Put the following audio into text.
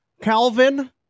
Calvin